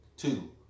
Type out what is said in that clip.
Two